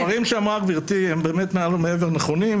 הדברים שאמרה גברתי הם באמת מעל ומעבר נכונים.